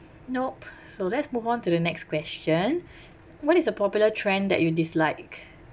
nope so let's move on to the next question what is a popular trend that you dislike